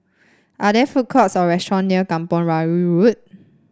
are there food courts or restaurant near Kampong Kayu Road